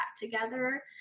together